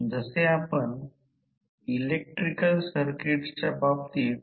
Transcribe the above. हे R e 2 आहे Z B 2 ने विभाजित आहे